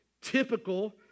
typical